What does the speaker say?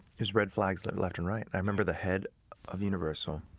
there's red flags like left and right. i remember the head of universal,